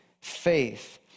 faith